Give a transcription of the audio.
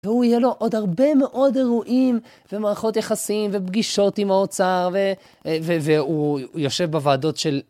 והוא יהיה לו עוד הרבה מאוד אירועים ומערכות יחסים ופגישות עם האוצר והוא יושב בוועדות של...